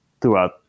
throughout